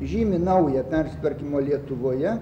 žymi naują persitvarkymo lietuvoje